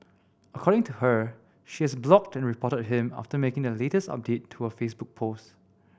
according to her she has blocked and reported him after making the latest update to her Facebook post